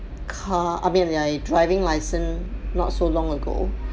car I mean the driving license not so long ago